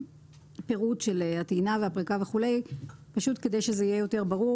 הפירוט של הטעינה והפריקה כדי שזה יהיה יותר ברור.